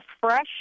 fresh